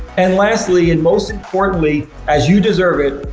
and lastly, and most importantly, as you deserve it,